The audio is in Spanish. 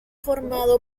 formado